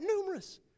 numerous